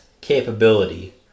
capability